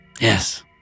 Yes